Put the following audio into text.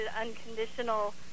unconditional